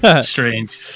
strange